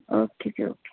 okay ਜੀ okay